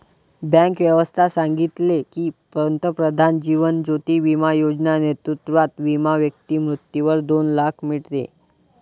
bank व्यवस्था सांगितले की, पंतप्रधान जीवन ज्योती बिमा योजना नेतृत्वात विमा व्यक्ती मृत्यूवर दोन लाख मीडते